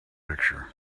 picture